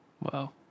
Wow